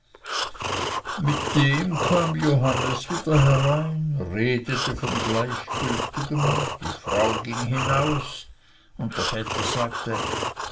mit dem kam johannes wieder herein redete von gleichgültigem die frau ging hinaus und der vetter sagte